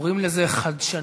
קוראים לזה "חדשנות